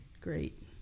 Great